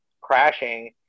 crashing